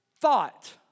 thought